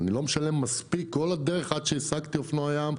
אני לא משלם מספיק כל הדרך עד שהשגתי אופנוע ים,